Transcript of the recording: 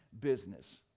business